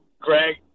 Greg